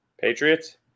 Patriots